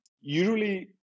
Usually